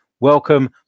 welcome